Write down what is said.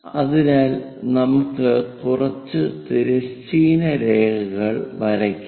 അതിനാൽ നമുക്ക് കുറച്ച് തിരശ്ചീന രേഖകൾ വരയ്ക്കാം